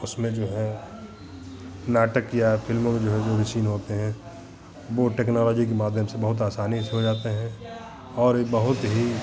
उसमें जो है नाटक या फ़िल्मों में जो है जो भी सीन होते हैं वह टेक्नोलॉजी के माध्यम से बहुत आसानी से हो जाते हैं और यह बहुत ही